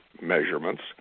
measurements